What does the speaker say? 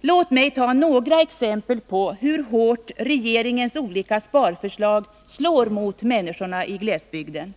Låt mig ta några exempel på hur hårt regeringens olika sparförslag slår mot människorna i glesbygden.